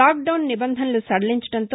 lock దౌన్ నిబంధనలు సదలించడంతో